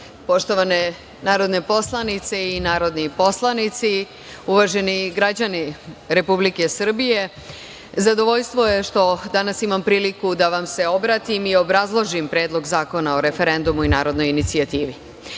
Poštovane narodne poslanice i narodni poslanici, uvaženi građani Republike Srbije, zadovoljstvo je što danas imam priliku da vam se obratim i obrazložim Predlog zakona o referendumu i narodnoj inicijativi. Značaj